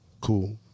Cool